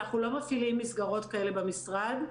אנחנו לא מפעילים מסגרות כאלה במשרד.